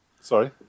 Sorry